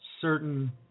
certain